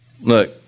Look